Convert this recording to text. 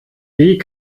wie